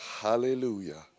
Hallelujah